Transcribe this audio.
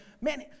man